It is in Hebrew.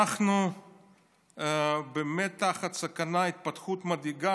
אנחנו באמת תחת סכנה, התפתחות מדאיגה.